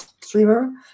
streamer